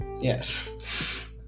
Yes